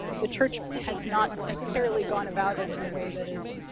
the church has not necessarily gone about it in a way that is